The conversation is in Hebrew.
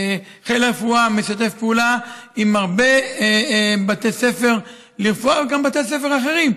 חיל הרפואה משתף פעולה עם הרבה בתי ספר לרפואה וגם בתי ספר אחרים,